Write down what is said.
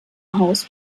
haus